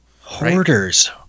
Hoarders